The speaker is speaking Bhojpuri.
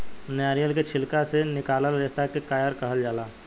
नारियल के छिलका से निकलाल रेसा के कायर कहाल जाला